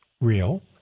real